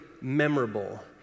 memorable